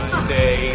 stay